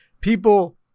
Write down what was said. people –